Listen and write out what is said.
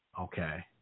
Okay